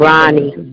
Ronnie